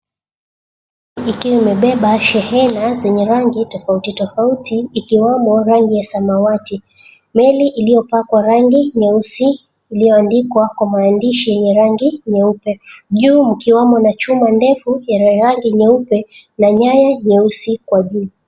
Ikiwa imebeba shehena zenye rangi tofauti tofauti ikiwamo rangi ya samawati. Meli iliyopakwa rangi nyeusi iliyoandikwa kwa maandishi yenye rangi nyeupe, juu ukiwamo na chuma ndefu yenye rangi nyeupe na nyaya nyeusi kwa juu.